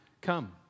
come